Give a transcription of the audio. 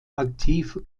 aktive